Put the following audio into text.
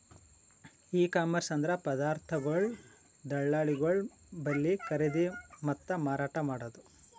E commerce ಅಂದ್ರ ಪದಾರ್ಥಗೊಳ್ ದಳ್ಳಾಳಿಗೊಳ್ ಬಲ್ಲಿ ಖರೀದಿ ಮತ್ತ್ ಮಾರಾಟ್ ಮಾಡದು